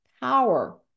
power